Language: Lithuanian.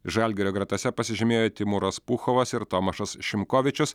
žalgirio gretose pasižymėjo timūras puchovas ir tomašas šimkovičius